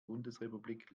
bundesrepublik